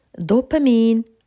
dopamine